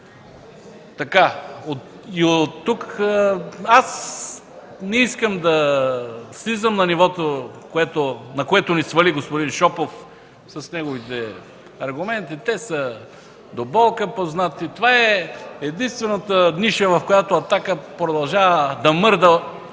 Аз не искам да слизам на нивото, на което ни свали господин Шопов с неговите аргументи. Те са до болка познати. Това е единствената ниша, в която „Атака” продължава да мърда,